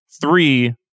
Three